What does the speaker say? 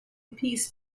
piece